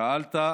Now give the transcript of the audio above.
שאלת.